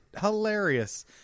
hilarious